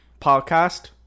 podcast